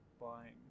buying